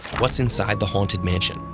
what's inside the haunted mansion?